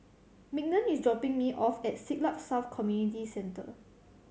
Mignon is dropping me off at Siglap South Community Centre